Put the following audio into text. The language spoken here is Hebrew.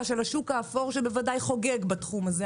של השוק האפור שבוודאי חוגג בתחום הזה.